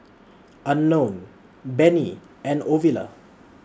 Unknown Benny and Ovila